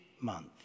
month